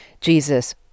Jesus